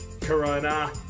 Corona